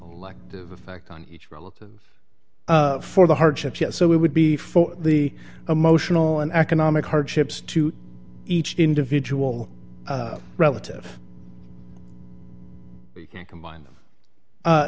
like the fact on each relative for the hardships yet so we would be for the emotional and economic hardships to each individual relative combine